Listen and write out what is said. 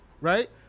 right